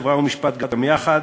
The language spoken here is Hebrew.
חברה ומשפט גם יחד.